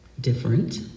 different